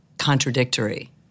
contradictory